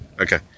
Okay